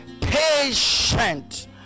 patient